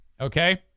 okay